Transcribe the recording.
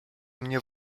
mnie